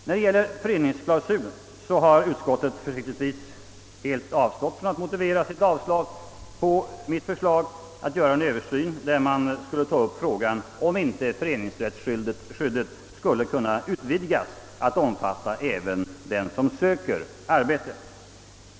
När det gäller föreningsklausulen har utskottet försiktigtvis avstått från att motivera sitt avstyrkande av mitt förslag att göra en översyn av frågan om en utvidgning av föreningsrättsskyddet till att omfatta även dem som söker arbete.